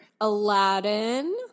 Aladdin